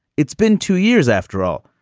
it's been two years after all.